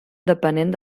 depenent